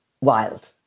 wild